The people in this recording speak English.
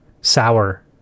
sour